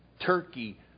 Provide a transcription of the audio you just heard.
Turkey